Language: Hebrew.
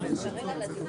גם את הידע,